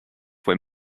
when